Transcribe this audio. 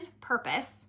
purpose